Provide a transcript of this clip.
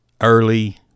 early